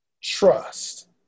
trust